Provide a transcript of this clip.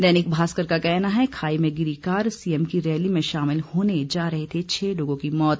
दैनिक भास्कर का कहना है खाई में गिरी कार सीएम की रैली में शामिल होने जा रहे छह लोगों की मौत